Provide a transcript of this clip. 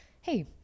Hey